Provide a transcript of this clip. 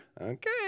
Okay